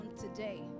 today